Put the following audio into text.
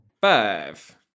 Five